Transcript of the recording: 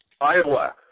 Iowa